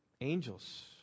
Angels